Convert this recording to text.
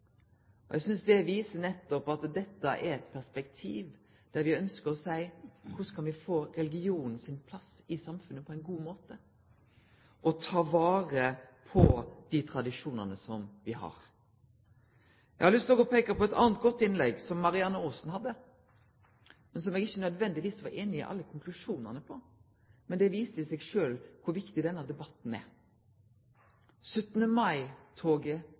det viser nettopp at dette er eit perspektiv der me ønskjer å seie: Korleis kan me syte for religionen sin plass i samfunnet på ein god måte, og ta vare på dei tradisjonane som me har? Eg har òg lyst til å peike på eit anna godt innlegg, som Marianne Aasen heldt. Eg var ikkje nødvendigvis einig i alle konklusjonane, men det viser i seg sjølv kor viktig denne debatten er.